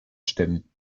stimmen